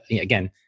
again